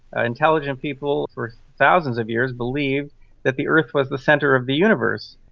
ah intelligent people for thousands of years believed that the earth was the centre of the universe,